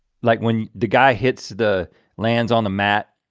like when the guy hits the lands on the mat